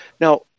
Now